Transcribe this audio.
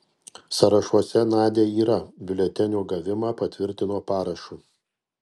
sąrašuose nadia yra biuletenio gavimą patvirtino parašu